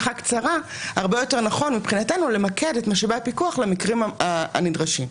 הרבה יותר נכון מבחינתנו למקד את משאבי הפיקוח למקרים הנדרשים.